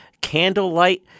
Candlelight